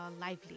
lively